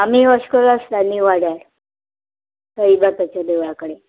आमी वास्कोच आसता नीव वाड्यार साईनाथाच्या देवळा कडेन